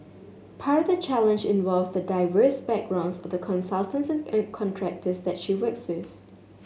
part the challenge involves the diverse backgrounds of the consultants and contractors that she works with